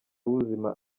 w’ubuzima